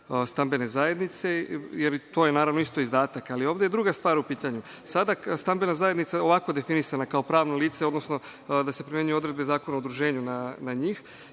stambene zajednice, jer to je, naravno, isto izdataka, ali ovde je druga stvar u pitanju. Sada je stambena zajednica ovako definisana kao pravno lice, odnosno da se primenjuju odredbe Zakona o udruženju na njih,